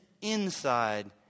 inside